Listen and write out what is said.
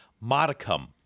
modicum